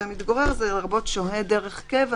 ו"מתגורר" זה "לרבות שוהה דרך קבע",